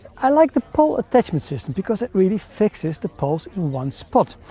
i like the pole attachment system because it really fixes the poles in one spot.